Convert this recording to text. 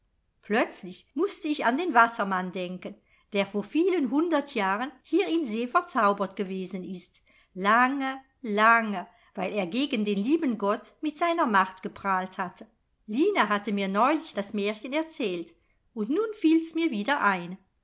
plötzlich mußte ich an den wassermann denken der vor vielen hundert jahren hier im see verzaubert gewesen ist lange lange weil er gegen den lieben gott mit seiner macht geprahlt hatte line hat mir neulich das märchen erzählt und nun fiel's mir wieder ein